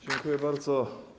Dziękuję bardzo.